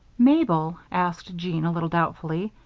mabel, asked jean, a little doubtfully,